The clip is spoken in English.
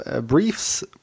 Briefs